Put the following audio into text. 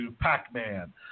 Pac-Man